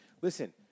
listen